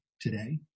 today